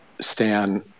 stan